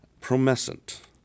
Promescent